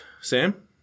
Sam